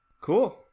Cool